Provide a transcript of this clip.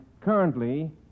currently